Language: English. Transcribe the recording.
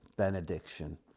benediction